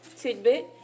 tidbit